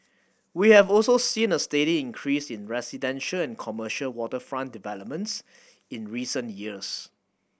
we have also seen a steady increase in residential and commercial waterfront developments in recent years